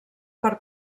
per